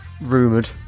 rumoured